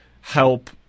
help